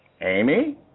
Amy